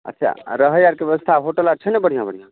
अच्छा रहै आर कऽ ब्यवस्था होटल आर छै ने बढ़िआँ बढ़िआँ